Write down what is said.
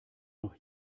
noch